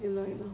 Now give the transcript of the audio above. ya lah ya lah